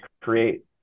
create